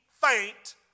faint